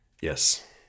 Yes